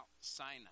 Sinai